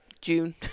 June